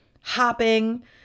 hopping